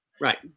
Right